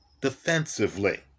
defensively